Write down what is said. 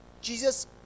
Jesus